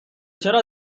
چرا